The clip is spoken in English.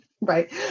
Right